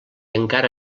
encara